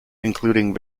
including